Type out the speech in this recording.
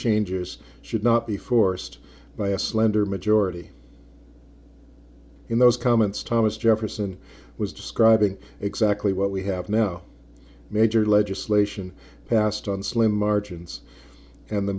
changes should not be forced by a slender majority in those comments thomas jefferson was describing exactly what we have now major legislation passed on slim margins and the